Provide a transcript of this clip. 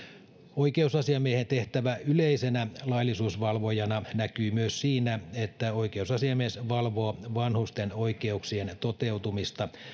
oikeusasiamiehen tehtävä yleisenä laillisuusvalvojana näkyy myös siinä että oikeusasiamies valvoo vanhusten oikeuksien toteutumista